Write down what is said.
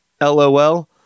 LOL